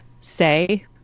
say